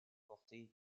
porter